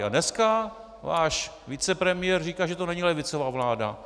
A dneska váš vicepremiér říká, že to není levicová vláda.